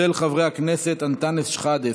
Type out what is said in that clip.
של חברי הכנסת אנטאנס שחאדה,